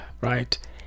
right